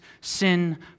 sin